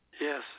Yes